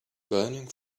burning